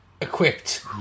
equipped